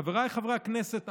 חבריי חברי הכנסת,